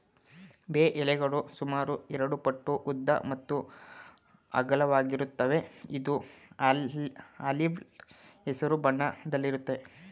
ಬೇ ಎಲೆಗಳು ಸುಮಾರು ಎರಡುಪಟ್ಟು ಉದ್ದ ಮತ್ತು ಅಗಲವಾಗಿರುತ್ವೆ ಇದು ಆಲಿವ್ ಹಸಿರು ಬಣ್ಣದಲ್ಲಿರುತ್ವೆ